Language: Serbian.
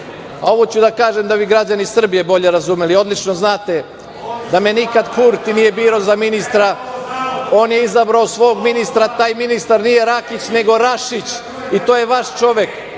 ovo ću da kažem da bi građani Srbije bolje razumeli, odlično znate da me nikada Kurti nije birao za ministra, on je izabrao svog ministra. Taj ministar nije Rakić nego Rašić i to je vaš čovek,